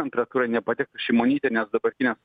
antrą turą nepatektų šimonytė nes dabartinės